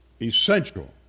essential